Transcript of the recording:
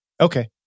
Okay